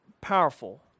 powerful